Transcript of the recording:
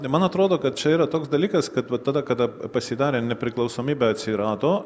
man atrodo kad čia yra toks dalykas kad va tada kada pasidarė nepriklausomybė atsirado